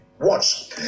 Watch